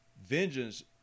Vengeance